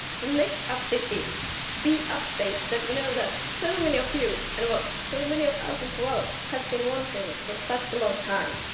the next update is the update that we know that so many of you, and well, so many of us as well have been wanting for such a long time.